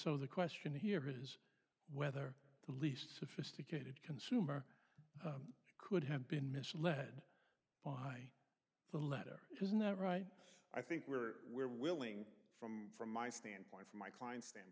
so the question here is whether the least sophisticated consumer could have been misled by the letter isn't that right i think we're we're willing from from my standpoint from my client